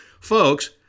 folks